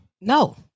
no